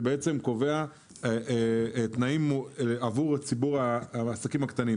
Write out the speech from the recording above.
שקובע תנאים עבור עסקים קטנים.